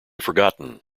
forgotten